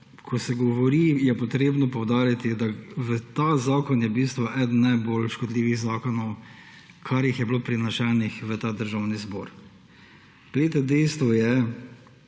Ko se govori, je potrebno poudariti, da je ta zakon v bistvu eden najbolj škodljivih zakonov, kar jih je bilo prinesenih v ta državni zbor. Davčna reforma bo